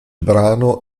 brano